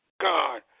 God